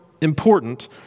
important